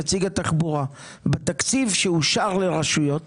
בתקציב שאושר לרשויות